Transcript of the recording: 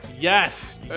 Yes